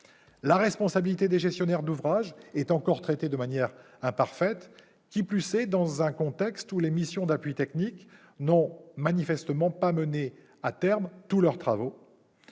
la responsabilité des gestionnaires d'ouvrages est encore traitée de manière imparfaite, qui plus est dans un contexte où les missions d'appui technique n'ont manifestement pas mené à terme tous leurs travaux.